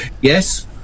Yes